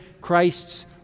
Christ's